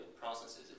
processes